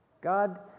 God